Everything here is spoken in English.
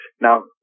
now